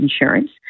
insurance